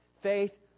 Faith